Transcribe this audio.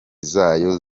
zayo